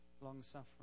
long-suffering